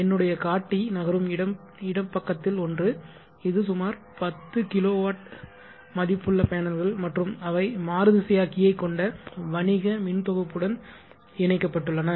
என்னுடைய காட்டி நகரும் இடப்பக்கத்தில் ஒன்று இது சுமார் 10 kW மதிப்புள்ள பேனல்கள் மற்றும் அவை மாறுதிசையாக்கியை கொண்ட வணிக மின் தொகுப்புடன் இணைக்கப்பட்டுள்ளன